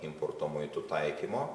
importo muitų taikymo